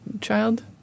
child